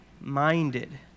minded